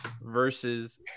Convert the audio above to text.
versus